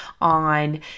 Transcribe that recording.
on